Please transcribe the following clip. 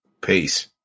peace